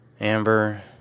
Amber